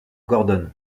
gordon